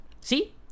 See